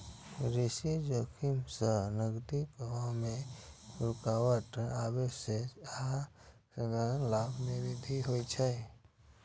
ऋण जोखिम सं नकदी प्रवाह मे रुकावट आबै छै आ संग्रहक लागत मे वृद्धि होइ छै